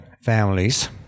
families